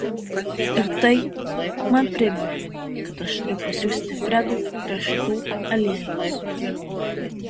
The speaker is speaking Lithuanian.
ir tai man priminė kad aš turiu pasiųsti fredui riešutų aliejaus